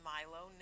Milo